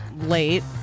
late